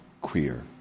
queer